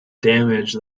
damage